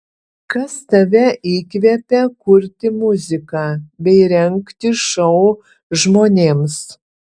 kas tave įkvepia kurti muziką bei rengti šou žmonėms